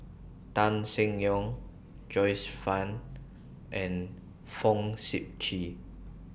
Tan Seng Yong Joyce fan and Fong Sip Chee